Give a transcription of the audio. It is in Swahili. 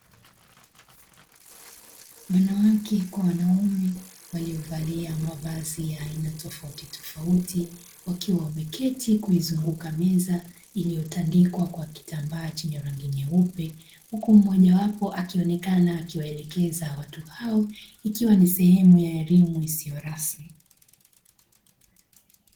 Wanawake kwa wanaume waliovalia mavazi ya aina tofautitofauti, wakiwa wameketi kuizunguka meza iliyotandikwa kwa kitambaa chenye rangi nyeupe. Huku mmoja wapo akionekana akiwaelekeza watu hao ikiwa ni sehemu ya elimu isiyo rasmi.